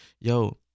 Yo